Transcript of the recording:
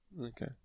Okay